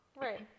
Right